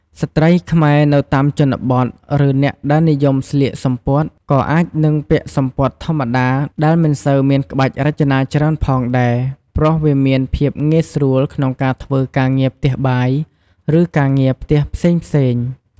ស្ត្រីខ្មែរនៅតាមជនបទ ឬអ្នកដែលនិយមស្លៀកសំពត់ ក៏អាចនឹងពាក់សំពត់ធម្មតាដែលមិនសូវមានក្បាច់រចនាច្រើនផងដែរ ព្រោះវាមានភាពងាយស្រួលក្នុងការធ្វើការងារផ្ទះបាយ ឬការងារផ្ទះផ្សេងៗ។